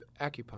acupuncture